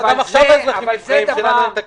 ואני מבינה שיש בעייתיות להכניס פה מנגנון יותר